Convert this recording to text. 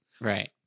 Right